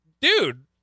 dude